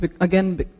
again